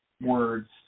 words